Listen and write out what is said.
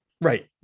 right